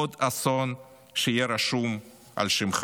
עוד אסון שיהיה רשום על שמך,